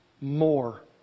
more